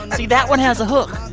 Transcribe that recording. see? that one has a hook.